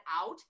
out